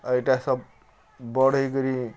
ଆର୍ ଇଟା ସବ୍ ବଡ଼୍ ହେଇକରି